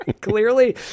Clearly